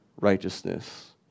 righteousness